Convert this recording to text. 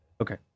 Okay